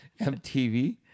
MTV